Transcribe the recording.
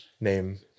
name